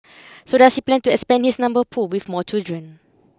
so does he plan to expand his number pool with more children